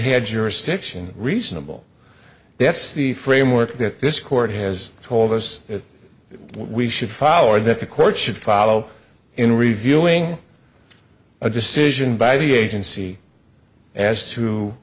had jurisdiction reasonable that's the framework that this court has told us that we should follow and that the court should follow in reviewing a decision by the agency as